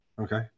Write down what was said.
Okay